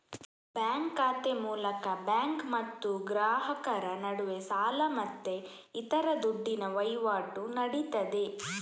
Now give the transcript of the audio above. bank ಖಾತೆ ಮೂಲಕ bank ಮತ್ತು ಗ್ರಾಹಕರ ನಡುವೆ ಸಾಲ ಮತ್ತೆ ಇತರ ದುಡ್ಡಿನ ವೈವಾಟು ನಡೀತದೆ